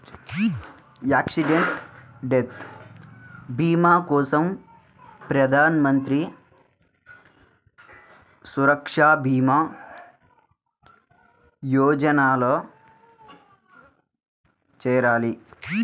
accidental death భీమా కోసం ప్రధాన్ మంత్రి సురక్షా భీమా యోజనలో చేరాలి